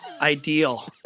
ideal